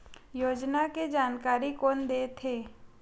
योजना के जानकारी कोन दे थे?